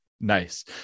nice